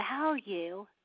value